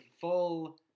full